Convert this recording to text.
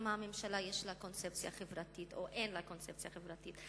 כמה הממשלה יש לה קונספציה חברתית או אין לה קונספציה חברתית.